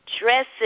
dresses